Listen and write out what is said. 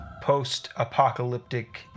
Post-apocalyptic